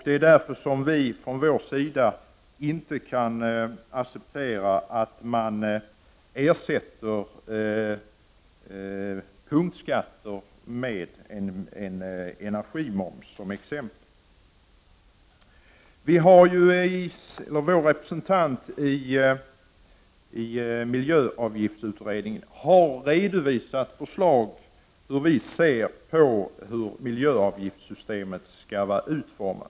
Det är därför vi inte kan acceptera att man ersätter punktskatter med t.ex. en energimoms. Vår representant i miljöavgiftsutredningen har redovisat hur vi anser att miljöavgiftssystemet skall vara utformat.